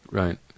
right